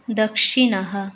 दक्षिणः